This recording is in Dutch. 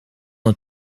het